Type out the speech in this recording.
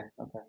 okay